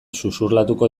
xuxurlatuko